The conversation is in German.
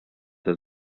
der